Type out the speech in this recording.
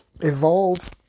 evolve